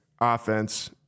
offense